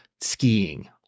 skiing